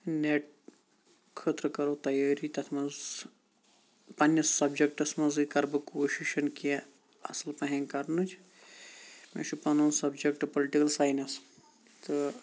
net خٲطرٕ کَرَو تَیٲری تَتھ مَنٛز پَننِس سَبجَکٹَس منٛزے کرٕ بہٕ کوٗشِش کینٛہہ اَصِل پَہَم کَرنِچ مےٚ چھُ پَنُن سَبجَکٹ پُلِٹِکَل ساینَس تہٕ